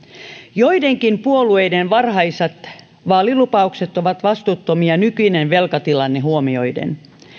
joidenkin puolueiden varhaiset vaalilupaukset ovat vastuuttomia nykyinen velkatilanne huomioiden